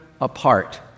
apart